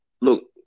look